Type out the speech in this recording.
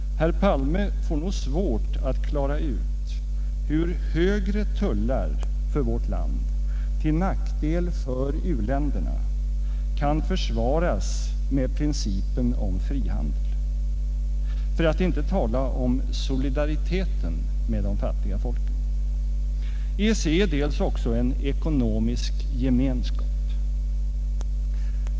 Herr Palme får nog svårt att klara ut hur högre tullar för vårt land till nackdel för u-länderna kan försvaras med principen om frihandel — för att inte tala om solidariteten med de fattiga folken. EEC är också en ekonomisk gemenskap.